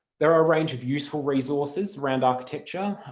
there are a range of useful resources around architecture,